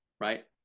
right